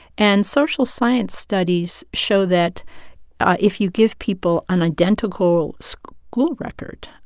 and social science studies show that if you give people an identical school record,